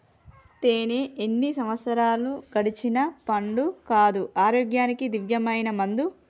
తేనే ఎన్ని సంవత్సరాలు గడిచిన పాడు కాదు, ఆరోగ్యానికి దివ్యమైన మందు